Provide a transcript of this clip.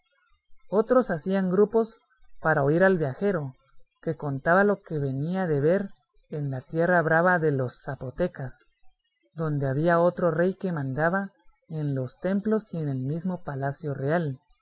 otros hacían grupos para oír al viajero que contaba lo que venía de ver en la tierra brava de los zapotecas donde había otro rey que mandaba en los templos y en el mismo palacio real